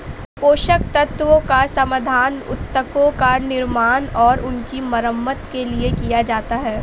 पोषक तत्वों का समाधान उत्तकों का निर्माण और उनकी मरम्मत के लिए किया जाता है